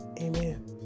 Amen